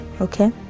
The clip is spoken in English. okay